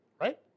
right